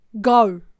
Go